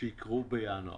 שיקרו בינואר.